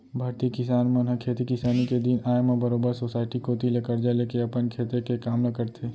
भारतीय किसान मन ह खेती किसानी के दिन आय म बरोबर सोसाइटी कोती ले करजा लेके अपन खेती के काम ल करथे